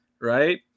right